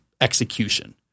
execution